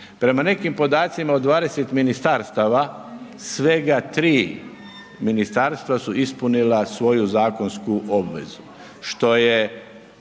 Prema nekim podacima u 20 ministarstva, svega 3 ministarstva su ispunila svoju zakonsku obavezu, što je